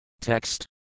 Text